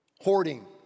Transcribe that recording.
hoarding